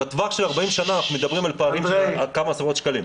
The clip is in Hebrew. בטווח של 40 שנה אנחנו מדברים על פערים של כמה עשרות שקלים.